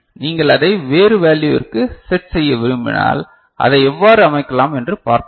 நீங்கள் அதை வேறு வேல்யுவிற்கு செட் செய்ய விரும்பினால் அதை எவ்வாறு அமைக்கலாம் என்று பார்ப்போம்